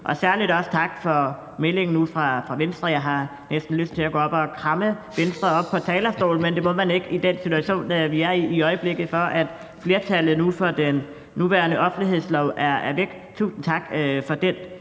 og særligt også tak for meldingen nu fra Venstre – og jeg har næsten lyst til at gå op og kramme Venstre oppe på talerstolen, men det må man ikke i den situation, vi er i i øjeblikket – om, at flertallet for den nuværende offentlighedslov nu er væk. Tusind tak for den